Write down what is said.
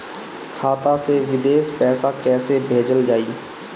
खाता से विदेश पैसा कैसे भेजल जाई?